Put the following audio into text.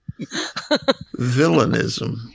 Villainism